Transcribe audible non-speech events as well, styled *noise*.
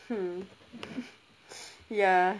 hmm *laughs* ya